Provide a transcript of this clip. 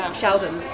Sheldon